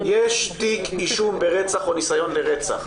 יש תיק אישום ברצח או ניסיון לרצח.